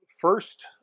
first